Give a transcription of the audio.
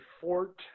fort